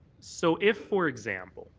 so if, for example,